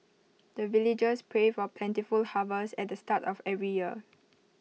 the villagers pray for plentiful harvest at the start of every year